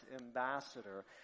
Ambassador